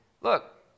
Look